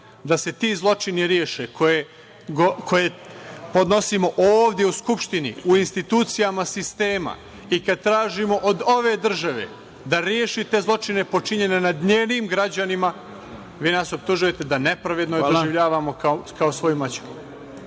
da se ti zločini reše, koje podnosimo ovde u Skupštini, u institucijama sistema i kada tražimo od ove države da reši te zločine počinjene nad njenim građanima, vi nas optužujete da je nepravedno doživljavamo kao svoju maćehu.